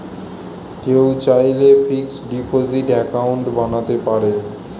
কেউ চাইলে fixed deposit account বানাতে পারেন